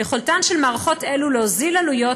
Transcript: ביכולתן של מערכות אלו להוזיל עלויות